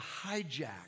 hijack